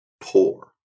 poor